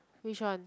which one